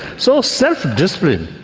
so self-discipline,